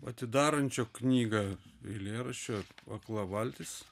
atidarančio knygą eilėraščio akla valtis